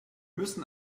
müssen